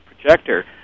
projector